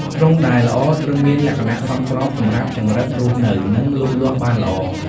ទ្រុងដែលល្អត្រូវមានលក្ខណៈសមស្របសម្រាប់ចង្រិតរស់នៅ និងលូតលាស់បានល្អ។